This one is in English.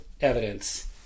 evidence